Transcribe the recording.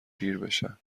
پیربشن